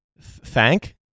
thank